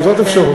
גם זאת אפשרות.